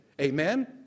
Amen